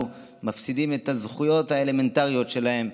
ומפסידים את הזכויות האלמנטריות שלהם.